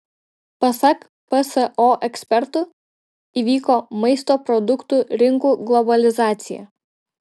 pasak pso ekspertų įvyko maisto produktų rinkų globalizacija